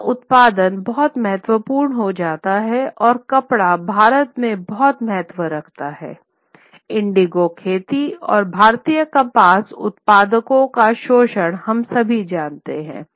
कपड़ा उत्पादन बहुत महत्वपूर्ण हो जाता है और कपड़ा भारत में बहुत महत्व रखता है इंडिगो खेती और भारतीय कपास उत्पादकों का शोषण हम सभी जानते हैं